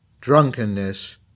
drunkenness